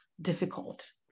difficult